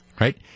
right